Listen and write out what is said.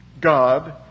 God